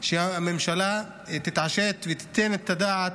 שהממשלה תתעשת ותיתן את הדעת,